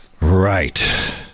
Right